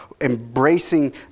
embracing